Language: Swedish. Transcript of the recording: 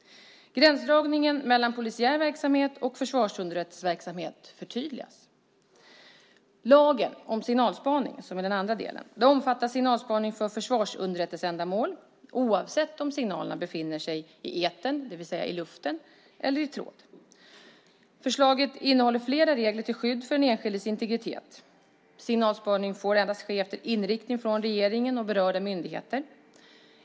Gränsdragningen mellan polisiär verksamhet och försvarsunderrättelseverksamhet förtydligas. Lagen om signalspaning, som är den andra delen, omfattar signalspaning för försvarsunderrättelseändamål oavsett om signalerna befinner sig i etern, det vill säga luften, eller i tråd. Förslaget innehåller flera regler till skydd för den enskildes integritet. Signalspaning får ske endast efter inriktning från regeringen och berörda myndigheter.